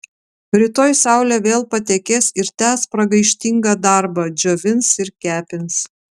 rytoj saulė vėl patekės ir tęs pragaištingą darbą džiovins ir kepins